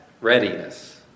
readiness